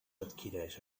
adquireix